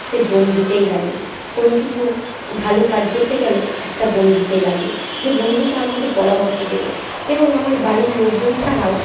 সে বন্ধুকেই লাগে কোনো কিছু ভালো কাজ করতে গেলে একটা বন্ধুকে লাগে যে বন্ধুটা আমাকে পরামর্শ দেবে এবং আমার বাড়ির লোকজন ছাড়াও